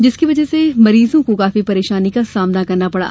जिसकी वजह से मरीजों को काफी परेशानी का सामना करना पड़ा